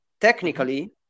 technically